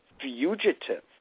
fugitive